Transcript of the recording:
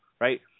right